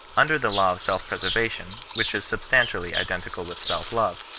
under the law of self-preservation, which is substantially iden tical with self-love,